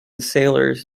sailors